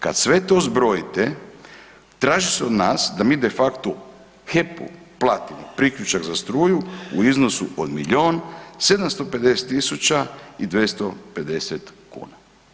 Kad sve to zbrojite traži se od nas da mi de facto HEP-u platimo priključak za struju u iznosu od milion 750 tisuća i 250 kuna.